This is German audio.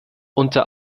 unter